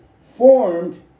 formed